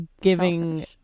giving